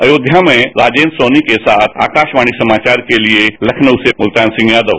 अयोष्या में राजेद्र सोनी के साथ आकाशवाणी समाचार के लिए लखनऊ से मुल्तान सिंह यादव